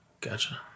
gotcha